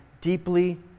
deeply